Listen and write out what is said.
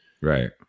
Right